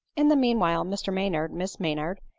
in the meanwhile mr maynard, miss maynard,